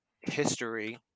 history